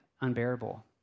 unbearable